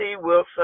Wilson